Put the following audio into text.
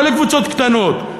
לא לקבוצות קטנות,